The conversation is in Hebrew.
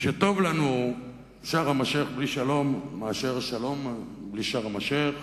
שטוב לנו שארם-א-שיח' בלי שלום מאשר שלום בלי שארם-א-שיח'.